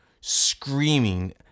screaming